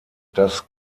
das